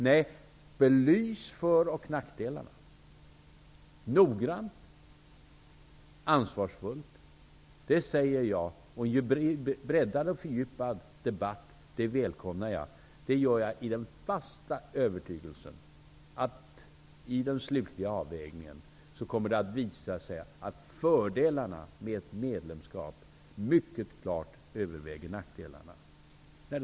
Nej, belys för och nackdelarna noggrannt och ansvarsfullt! Jag välkomnar en breddad och fördjupad debatt. Det gör jag i den fasta övertygelsen att det kommer att visa sig att fördelarna med ett medlemskap mycket klart överväger nackdelarna i den slutliga avvägningen.